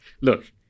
Look